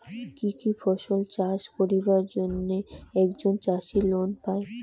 কি কি ফসল চাষ করিবার জন্যে একজন চাষী লোন পায়?